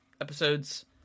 episodes